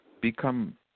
become